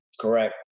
Correct